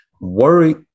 worry